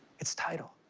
it's tidal.